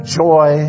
joy